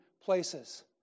places